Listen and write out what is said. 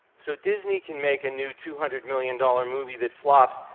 so disney can make a new two hundred million dollars movie that flops,